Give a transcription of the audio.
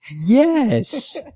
Yes